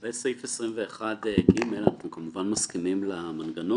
לגבי סעיף 21(ג), אנחנו כמובן מסכימים למנגנון,